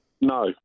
No